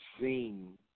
seen